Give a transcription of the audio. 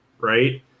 right